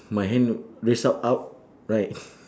my hand raise up out right